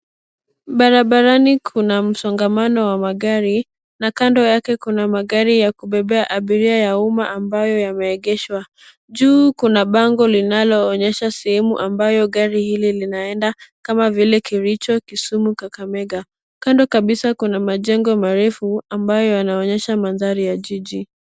Barabarani kuna msongamano wa magari na kando yake kuna magari ya kubebea abiria ya umma ambayo yameegeshwa. Juu kuna bango linaloonyesha sehemu ambayo gari hili linaenda kama vile, Kericho, Kisumu, Kakamega. Kando kabisa kuna majengo marefu ambayo yanaonyesha mandhari ya jiji.